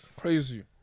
Crazy